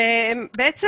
בעצם,